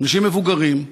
אנשים מבוגרים,